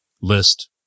list